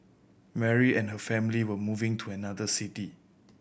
Mary and her family were moving to another city